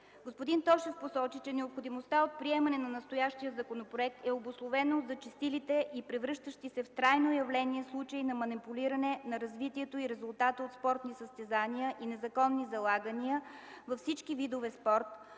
Господин Тошев посочи, че необходимостта от приемане на настоящия законопроект е обусловена от зачестилите и превръщащи се в трайно явление случаи на манипулиране на развитието и резултата от спортни състезания и незаконни залагания във всички видове спорт,